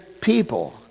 people